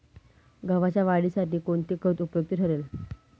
गव्हाच्या वाढीसाठी कोणते खत उपयुक्त ठरेल?